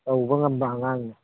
ꯇꯧꯕ ꯉꯝꯕ ꯑꯉꯥꯡꯅꯤ